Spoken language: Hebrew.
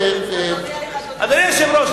אדוני היושב-ראש,